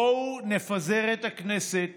בואו נפזר את הכנסת